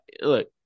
Look